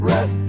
Red